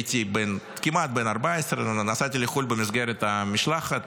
הייתי כמעט בן 14. נסעתי לחו"ל במסגרת משלחת